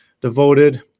devoted